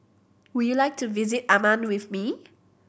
would you like to visit Amman with me